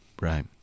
Right